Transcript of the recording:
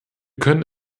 können